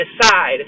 decide